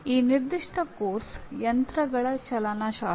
ಈ ನಿರ್ದಿಷ್ಟ ಪಠ್ಯಕ್ರಮ ಯಂತ್ರಗಳ ಚಲನಶಾಸ್ತ್ರ